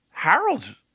Harold's